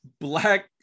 black